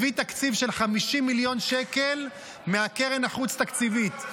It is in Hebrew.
הביא תקציב של 50 מיליון שקל מהקרן החוץ-תקציבית.